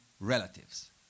relatives